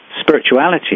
spirituality